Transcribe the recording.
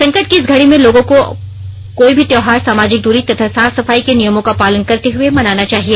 संकट की इस घड़ी में लोगों को कोई भी त्यौहार सामाजिक दूरी तथा साफ सफाई के नियमों का पालन करते हुए मनाना चाहिए